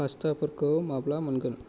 पास्ताफोरखौ माब्ला मोनगोन